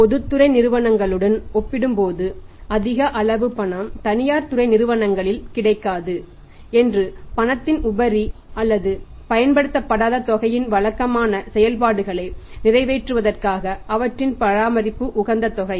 பொதுத்துறை நிறுவனங்களுடன் ஒப்பிடும்போது அதிக அளவு பணம் தனியார் துறை நிறுவனங்களில் கிடைக்காது என்று பணத்தின் உபரி அல்லது பயன்படுத்தப்படாத தொகையின் வழக்கமான செயல்பாடுகளை நிறைவேற்றுவதற்காக அவற்றின் பராமரிப்பு உகந்த தொகை